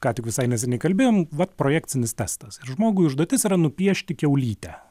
ką tik visai neseniai kalbėjom vat projekcinis testas ir žmogui užduotis yra nupiešti kiaulytę